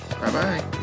Bye-bye